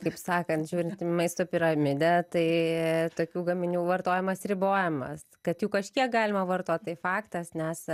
kaip sakant žiūrint į maisto piramidę tai tokių gaminių vartojimas ribojamas kad jų kažkiek galima vartot tai faktas nes